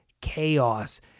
chaos